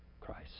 Christ